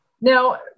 Now